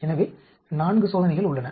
எனவே 4 சோதனைகள் உள்ளன